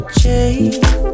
change